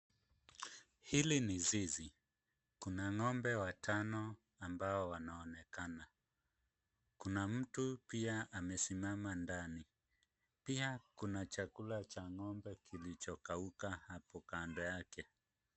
Hili ni zizi. Kuna ng'ombe watano ambao wanaonekana. Kuna mtu pia amesimama ndani. Pia kuna chakula cha ng'ombe kilichokauka hapo kando yake.